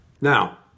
Now